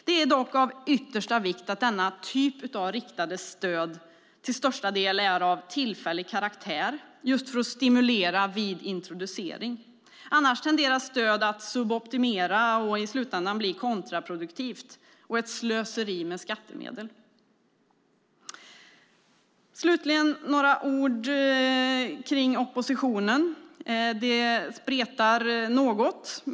Det är dock av yttersta vikt att denna typ av riktade stöd till största delen är av tillfällig karaktär just för att stimulera vid introducering, annars tenderar stöd att suboptimera och i slutändan bli kontraproduktivt och ett slöseri med skattemedel. Slutligen några ord kring oppositionen. Det spretar något.